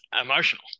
emotional